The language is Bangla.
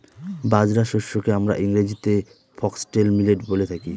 বাজরা শস্যকে আমরা ইংরেজিতে ফক্সটেল মিলেট বলে থাকি